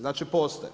Znači postoje.